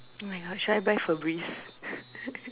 oh my god should I buy Febreeze